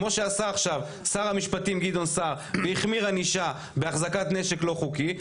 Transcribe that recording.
כמו שעשה עכשיו שר המשפטים גדעון סער והחמיר ענישה בהחזקת נשק לא חוקי,